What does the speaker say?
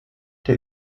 der